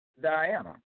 Diana